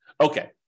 Okay